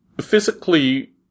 physically